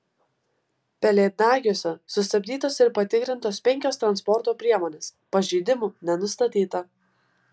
pelėdnagiuose sustabdytos ir patikrintos penkios transporto priemonės pažeidimų nenustatyta